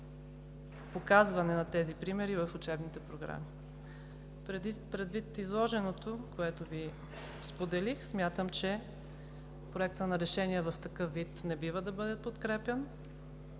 показване на тези примери в учебните програми. Предвид изложеното, което Ви споделих – смятам, че Проектът на решение в такъв вид не бива да бъде подкрепян.